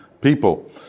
people